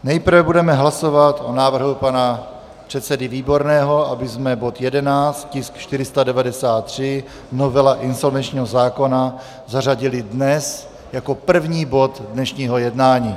Nejprve budeme hlasovat o návrhu pana předsedy Výborného, abychom bod 11, tisk 493, novela insolvenčního zákona, zařadili dnes jako první bod dnešního jednání.